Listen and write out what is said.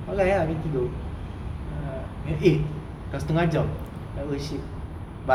online ah then tidur ah then eh dah setengah jam